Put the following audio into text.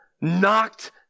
Knocked